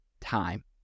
time